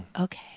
Okay